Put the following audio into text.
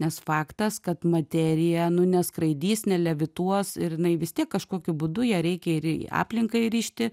nes faktas kad materija nu neskraidys nelevituos ir jinai vis tiek kažkokiu būdu ją reikia ir į aplinką įrišti